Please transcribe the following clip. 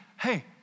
hey